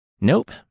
nope